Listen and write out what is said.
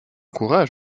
courage